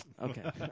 okay